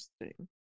Interesting